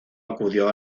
acudió